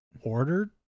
ordered